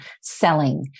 selling